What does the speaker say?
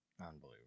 Unbelievable